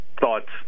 thoughts